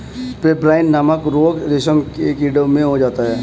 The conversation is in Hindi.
पेब्राइन नामक रोग रेशम के कीड़ों में हो जाता है